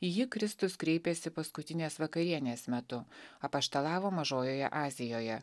į jį kristus kreipėsi paskutinės vakarienės metu apaštalavo mažojoje azijoje